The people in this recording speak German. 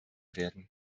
werden